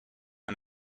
and